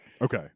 Okay